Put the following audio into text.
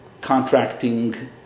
contracting